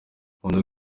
nkunda